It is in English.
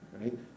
right